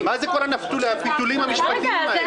מה זה כל הפיתולים המשפטיים האלה?